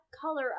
color